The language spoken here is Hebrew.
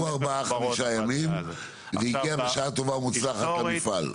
עברו ארבעה-חמישה ימים והגיע בשעה טובה ומוצלחת למפעל.